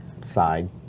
side